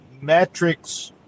metrics